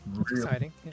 exciting